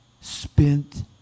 spent